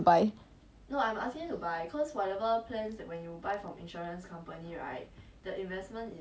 orh so it's like they put a sum of money then you all will invest for them right